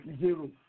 zero